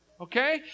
Okay